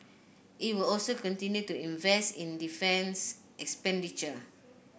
it will also continue to invest in defence expenditure